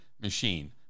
machine